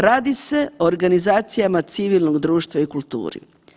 Radi se o organizacijama civilnog društva i kulturi.